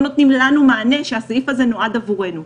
נותנים להם מענה כשהסעיף הזה נועד עבורם.